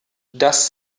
das